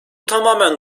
tamamen